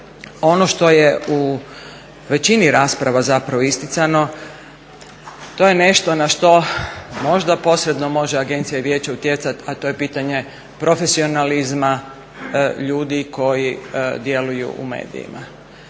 Ono što je u većini rasprava zapravo isticano to je nešto na što možda posredno može Agencija i Vijeće utjecati a to je pitanje profesionalizma ljudi koji djeluju u medijima.